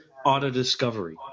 auto-discovery